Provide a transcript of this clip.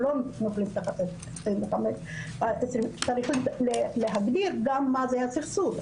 או לא נופלים תחת 1325. צריך גם להגדיר מה זה הסכסוך,